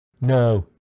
no